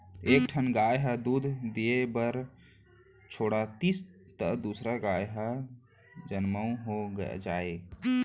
एक ठन गाय ह दूद दिये बर छोड़ातिस त दूसर गाय हर जनमउ हो जाए